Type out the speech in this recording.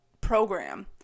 program